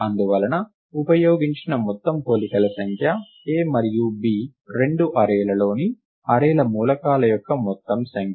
అందువలన ఉపయోగించిన మొత్తం పోలికల సంఖ్య A మరియు B రెండు అర్రే లలోని అర్రే ల మూలకాల యొక్క మొత్తం సంఖ్య